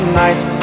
nights